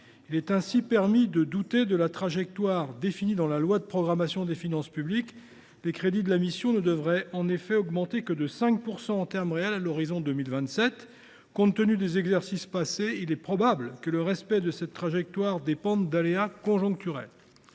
Il est ainsi permis de douter de la trajectoire définie dans le projet de loi de programmation des finances publiques pour les années 2023 à 2027 : les crédits de la mission ne devraient en effet augmenter que de 5 % en termes réels à l’horizon 2027. Compte tenu des exercices passés, il est probable que le respect de cette trajectoire dépende d’aléas conjoncturels.